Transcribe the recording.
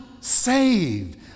saved